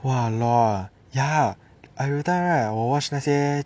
!wah! ya everytime I will watch 那些